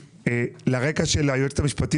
לרקע שמסרה היועצת המשפטית,